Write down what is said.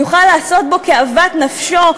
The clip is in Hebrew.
יוכל לעשות בו כאוות נפשו,